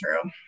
true